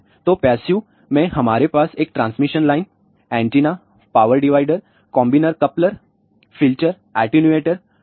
तो पैसिव में हमारे पास एक transmission line antenna power divider combiners coupler filter attenuator है